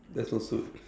that's no suit